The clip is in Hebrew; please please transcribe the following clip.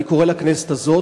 אני קורא לכנסת הזאת,